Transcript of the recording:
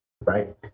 right